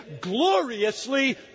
gloriously